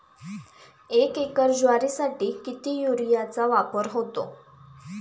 एक एकर ज्वारीसाठी किती युरियाचा वापर होतो?